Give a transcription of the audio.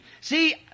See